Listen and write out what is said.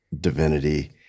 divinity